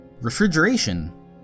Refrigeration